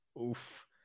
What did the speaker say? Oof